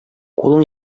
кулың